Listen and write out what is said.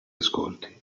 ascolti